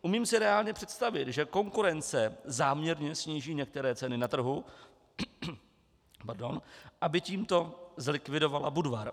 Umím si reálně představit, že konkurence záměrně sníží některé ceny na trhu, aby tímto zlikvidovala Budvar.